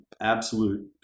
absolute